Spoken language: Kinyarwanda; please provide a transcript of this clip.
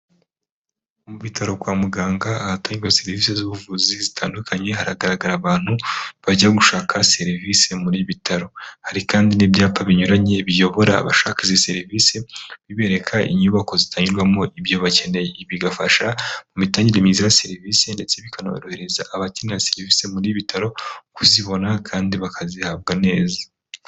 Mu bitaro kwa muganga ahatangirwa serivisi z'ubuvuzi zitandukanye, haragaragara abantu bajya gushaka serivisi muri ibi bitaro. Hari kandi n'ibyapa binyuranye biyobora abashaka izi serivisi, bibereka inyubako zitangirwamo ibyo bakeneye. Bigafasha mu mitangire myiza ya serivisi ndetse bikanorohereza abakenera serivisi muri bitaro kuzibona kandi bakazihabwa neza.